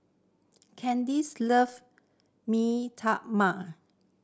Candyce love Mee Tai Mak